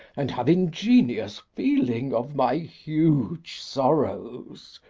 and have ingenious feeling of my huge sorrows!